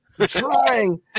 Trying